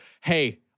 Hey